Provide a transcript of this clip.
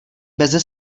beze